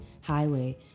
highway